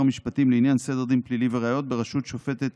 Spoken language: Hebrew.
המשפטים לעניין סדר דין פלילי וראיות בראשות שופטת